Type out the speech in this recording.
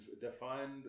defined